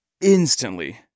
instantly